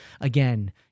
again